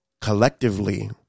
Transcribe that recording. collectively